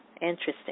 Interesting